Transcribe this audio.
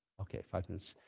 ok, five minutes.